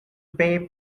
pay